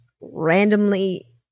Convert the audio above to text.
randomly